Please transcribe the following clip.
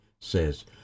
says